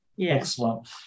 Excellent